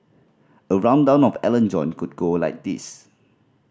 a rundown on Alan John could go like this